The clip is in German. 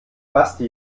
basti